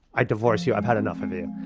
i divorce you, i've had enough of you.